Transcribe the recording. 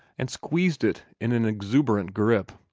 and squeezed it in an exuberant grip.